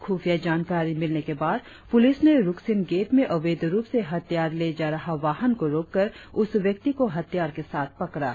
ख्रफिया जानकारी मिलने के बाद पुलिस ने रुकसिन गेट में अवैध रुप से हथियार ले जा रहा वाहन को रोककर उस व्यक्ति को हथियार के साथ पकड़ा